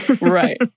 Right